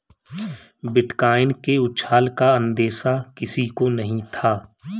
bitcoin के उछाल का अंदेशा किसी को नही था